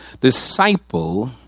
disciple